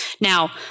Now